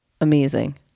Amazing